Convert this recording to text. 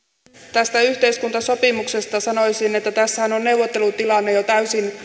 tästä yhteiskuntasopimuksesta sanoisin että tässähän on neuvottelutilanne jo täysin